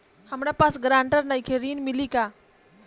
हमरा पास ग्रांटर नईखे ऋण मिली का?